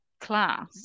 class